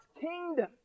kingdom